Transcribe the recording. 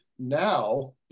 Now